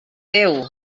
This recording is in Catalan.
déu